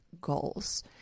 goals